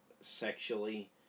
sexually